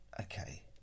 okay